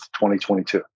2022